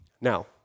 Now